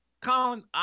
Colin